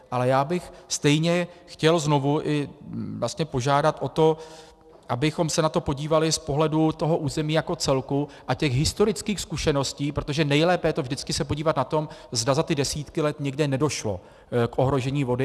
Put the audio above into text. Ale já bych stejně chtěl znovu i vlastně požádat o to, abychom se na to podívali z pohledu toho území jako celku a těch historických zkušeností, protože nejlépe je to vždycky se podívat na to, zda za ty desítky let někde nedošlo k ohrožení vody.